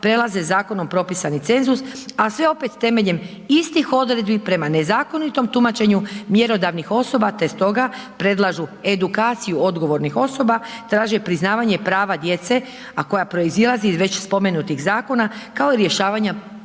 prelaze zakonom propisani cenzus, a sve opet temeljem istih odredbi prema nezakonitom tumačenju mjerodavnih osoba te stoga predlažu edukaciju odgovornih osoba, traže priznavanje prava djece, a koja proizilazi iz već spomenutih zakona, kao i rješavanja